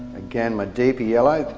again a deeper yellow.